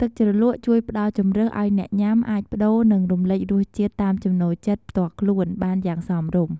ទឹកជ្រលក់ជួយផ្តល់ជម្រើសឲ្យអ្នកញ៉ាំអាចប្ដូរ និងរំលេចរសជាតិតាមចំណូលចិត្តផ្ទាល់ខ្លួនបានយ៉ាងសមរម្យ។